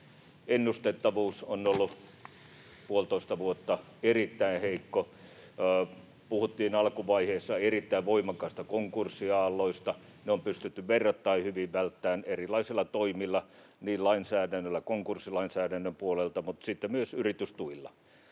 Ennustettavuus on ollut puolitoista vuotta erittäin heikko. Puhuttiin alkuvaiheessa erittäin voimakkaista konkurssiaalloista — ne on pystytty verrattain hyvin välttämään erilaisilla toimilla, niin lainsäädännöllä konkurssilainsäädännön puolelta kuin sitten myös yritystuilla.